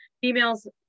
females